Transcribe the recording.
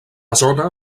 zona